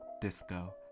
disco